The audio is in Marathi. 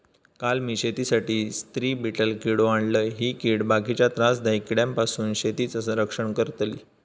काल मी शेतीसाठी स्त्री बीटल किडो आणलय, ही कीड बाकीच्या त्रासदायक किड्यांपासून शेतीचा रक्षण करतली